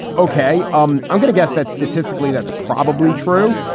okay, um i'm going to guess that statistically that's probably true,